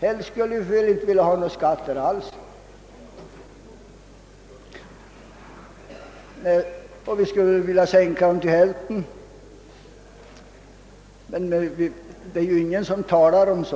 Helst skulle vi väl inte vilja ha några skatter alls eller sänka dem till hälften, men något sådant talar naturligtvis